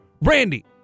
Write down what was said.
Randy